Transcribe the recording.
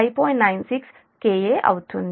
96 KA అవుతుంది